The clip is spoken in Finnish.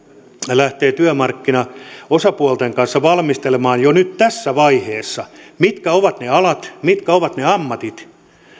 lähtee työmarkkinaosapuolten kanssa valmistelemaan jo nyt tässä vaiheessa sitä mitkä ovat ne alat mitkä ovat ne ammatit